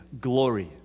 glory